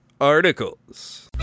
articles